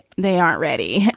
they aren't ready.